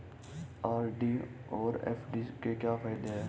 RD और FD के क्या फायदे हैं?